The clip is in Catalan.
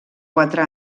quatre